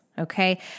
Okay